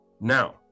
Now